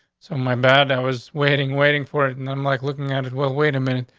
so my bad. i was waiting, waiting for it, and i'm like, looking at it. well, wait a minute.